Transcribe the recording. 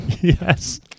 Yes